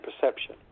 perception